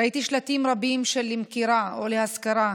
ראיתי שלטים רבים של למכירה או להשכרה.